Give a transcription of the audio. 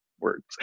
words